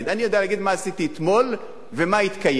אני יודע להגיד מה עשיתי אתמול ומה התקיים.